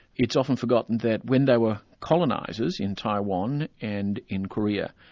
it's often forgotten that when they were colonisers in taiwan and in korea,